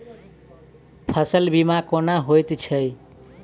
फसल बीमा कोना होइत छै?